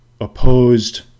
opposed